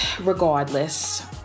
regardless